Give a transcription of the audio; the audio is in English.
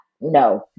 No